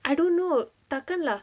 I don't know takkan lah